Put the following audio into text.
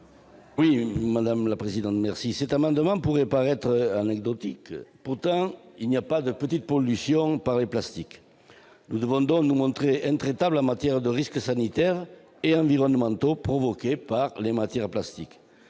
Les dispositions de cet amendement pourraient paraître anecdotiques. Pourtant, il n'y a pas de petite pollution par les plastiques : nous devons donc nous montrer intraitables en matière de risques sanitaires et environnementaux provoqués par les matières plastiques.